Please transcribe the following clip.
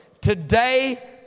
today